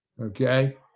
okay